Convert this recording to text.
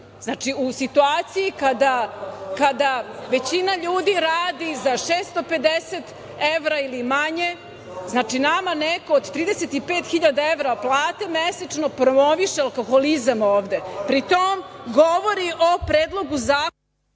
u situaciji kada većina ljudi radi za 650 evra ili manje, znači nama neko od 35.000 evra plate mesečno promoviše alkoholizam ovde. Pritom, govori o Predlogu zakona…